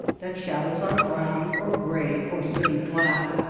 that shadows are brown or gray or sooty black,